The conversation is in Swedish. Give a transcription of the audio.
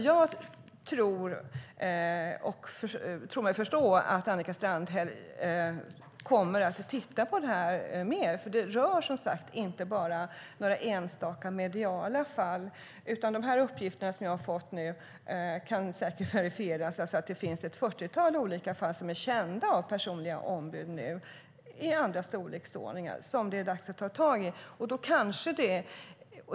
Jag tror mig förstå att Annika Strandhäll kommer att titta vidare på det här, för det rör som sagt inte bara några enstaka mediala fall. De uppgifter jag har fått, att det finns ett fyrtiotal fall som personliga ombud känner till, kan säkert verifieras. Det är fall i annan storleksordning, men det är dags att också ta tag i dem.